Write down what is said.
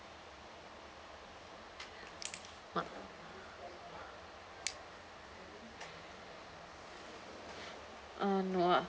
uh no ah